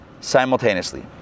simultaneously